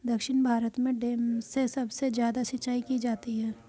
दक्षिण भारत में डैम से सबसे ज्यादा सिंचाई की जाती है